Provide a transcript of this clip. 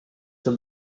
sul